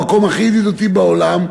המקום הכי ידידותי בעולם.